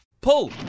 Pull